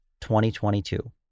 2022